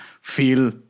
feel